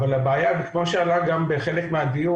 אבל הבעיה כמו שעלה גם בחלק מהדיון